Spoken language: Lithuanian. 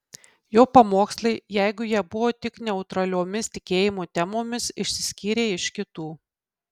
jo pamokslai jeigu jie buvo tik neutraliomis tikėjimo temomis išsiskyrė iš kitų